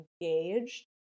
engaged